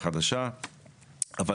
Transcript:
יש לו שינויים, יש בקשות.